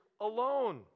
alone